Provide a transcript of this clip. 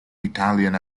italian